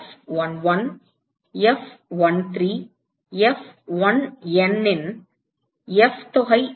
F11 F13 F1N இன் F தொகை என்ன